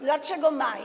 Dlaczego maj?